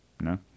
No